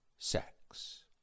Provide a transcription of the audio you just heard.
Sex